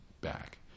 back